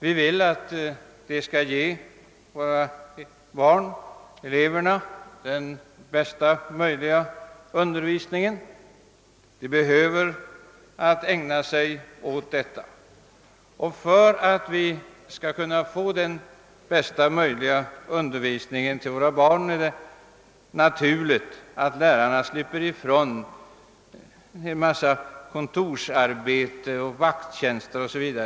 Vi vill att de skall ge våra barn bästa möjliga undervisning. Därför bör de också få ägna sig åt den uppgiften. Och för att så skall ske är det naturligt att lärarna slipper ifrån en mängd kontorsarbete, vakttjänst o. s. v.